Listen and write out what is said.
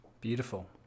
beautiful